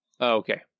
okay